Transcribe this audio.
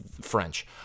French